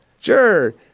sure